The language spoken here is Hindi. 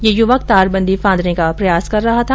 ये युवक तारबंदी फांदने का प्रयास कर रहा था